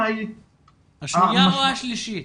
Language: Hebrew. העניין השלישי